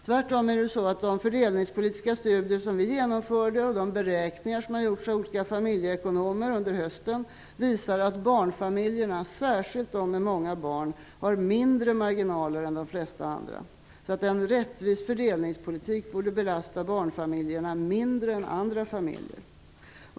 Tvärtom visar de fördelningspolitiska studier som vi genomförde och de beräkningar som under hösten har gjorts av olika familjeekonomer att barnfamiljerna, särskilt de med många barn, har mindre marginaler än de flesta andra. En rättvis fördelningspolitik borde alltså belasta barnfamiljerna mindre än andra familjer.